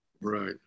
Right